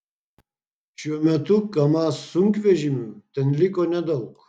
šiuo metu kamaz sunkvežimių ten liko nedaug